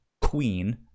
Queen